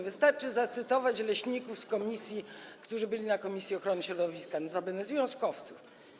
Wystarczy zacytować leśników z komisji, którzy byli w komisji ochrony środowiska, notabene związkowców.